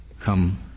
come